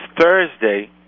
Thursday